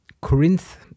Corinth